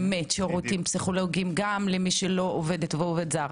גם למי שלא עובדת ועובד זר.